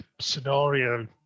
scenario